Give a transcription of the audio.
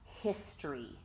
history